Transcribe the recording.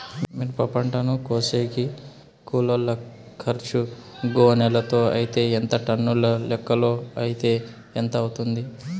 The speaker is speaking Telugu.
మిరప పంటను కోసేకి కూలోల్ల ఖర్చు గోనెలతో అయితే ఎంత టన్నుల లెక్కలో అయితే ఎంత అవుతుంది?